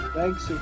Thanks